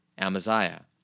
Amaziah